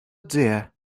dear